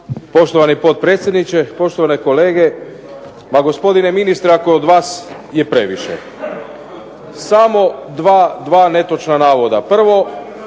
Poštovani potpredsjedniče, poštovane kolege. Pa gospodine ministre ako je od vas je previše. Samo 2 netočna navoda.